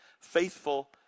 faithful